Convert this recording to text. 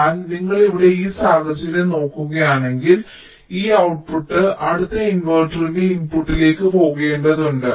എന്നാൽ നിങ്ങൾ ഇവിടെ ഈ സാഹചര്യം നോക്കുകയാണെങ്കിൽ ഈ ഔട്ട്പുട്ട് അടുത്ത ഇൻവെർട്ടറിന്റെ ഇൻപുട്ടിലേക്ക് പോകേണ്ടതുണ്ട്